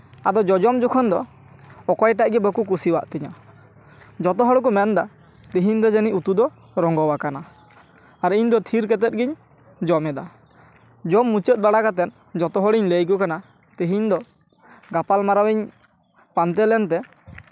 ᱟᱫᱚ ᱡᱚᱡᱚᱢ ᱡᱚᱠᱷᱚᱱ ᱫᱚ ᱚᱠᱚᱭᱴᱟᱜ ᱜᱮ ᱵᱟᱠᱚ ᱠᱩᱥᱤᱭᱟᱜ ᱛᱤᱧᱟᱹ ᱡᱚᱛᱚᱦᱚᱲᱠᱚ ᱢᱮᱱ ᱮᱫᱟ ᱛᱮᱦᱤᱧ ᱫᱚ ᱡᱟᱹᱱᱤᱪ ᱩᱛᱩ ᱫᱚ ᱨᱚᱝᱜᱚ ᱟᱠᱟᱱᱟ ᱟᱨ ᱤᱧᱫᱚ ᱛᱷᱤᱨ ᱠᱟᱛᱮᱫ ᱜᱤᱧ ᱡᱚᱢ ᱮᱫᱟ ᱡᱚᱢ ᱢᱩᱪᱟᱹᱫ ᱵᱟᱲᱟ ᱠᱟᱛᱮᱫ ᱡᱚᱛᱚ ᱦᱚᱲᱤᱧ ᱞᱟᱹᱭ ᱟᱠᱚ ᱠᱟᱱᱟ ᱛᱮᱦᱤᱧ ᱫᱚ ᱜᱟᱯᱟᱞᱢᱟᱨᱟᱣ ᱤᱧ ᱯᱟᱱᱛᱮ ᱞᱮᱱᱛᱮ